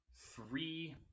three